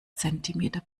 zentimeter